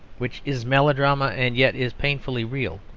which is melodrama and yet is painfully real,